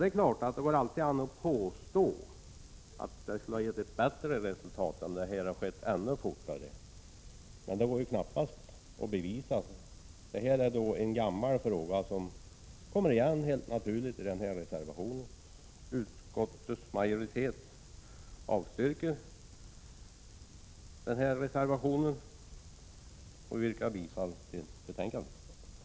Det går naturligtvis alltid att påstå att resultatet skulle ha blivit bättre om avvecklingen skett ännu snabbare, men det kan knappast bevisas. Det här är en gammal fråga som helt naturligt kommer igen i reservationen. Jag yrkar avslag på denna reservation.